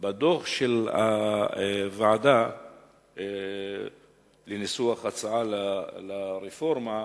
ובדוח של הוועדה לניסוח הצעה לרפורמה,